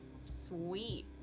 Sweet